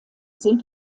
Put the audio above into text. sind